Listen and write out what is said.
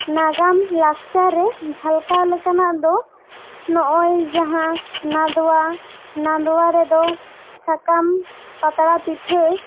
ᱱᱟᱜᱟᱢ ᱞᱟᱠᱪᱟᱨ ᱨᱮ ᱡᱷᱟᱞᱠᱟᱣ ᱞᱮᱠᱟᱱᱟᱜ ᱫᱚ ᱱᱚᱜᱼᱚᱭ ᱡᱟᱦᱟᱸ ᱱᱟᱫᱚᱣᱟ ᱱᱟᱫᱚᱣᱟ ᱨᱮᱫᱚ ᱥᱟᱠᱟᱢ ᱯᱟᱛᱲᱟ ᱯᱤᱴᱷᱟᱹ